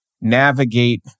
navigate